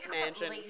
mansion